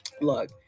Look